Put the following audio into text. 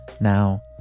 Now